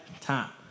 time